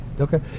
Okay